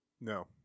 No